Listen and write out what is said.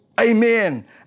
Amen